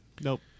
Nope